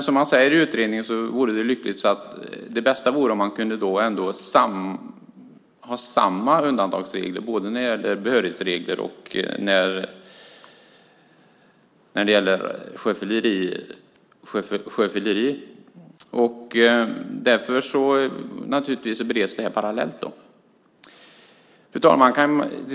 Som man säger i utredningen vore det bästa om det kunde vara samma undantagsregler när det gäller både behörigheten och sjöfylleriet. Därför bereds de här sakerna parallellt. Fru talman!